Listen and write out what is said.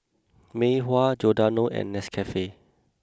Mei Hua Giordano and Nescafe